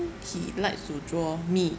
he likes to draw me